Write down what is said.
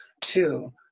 two